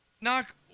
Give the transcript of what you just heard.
Knock